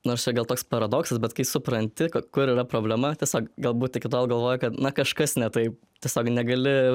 nors čia gal toks paradoksas bet kai supranti ko kur yra problema tiesiog galbūt iki tol galvoji kad na kažkas ne taip tiesiog negali